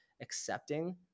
accepting